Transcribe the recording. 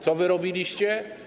Co wy robiliście?